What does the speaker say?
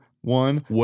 one